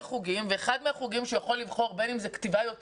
ואחד החוגים שהוא יכול לבחור זה ג'ודו.